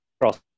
cross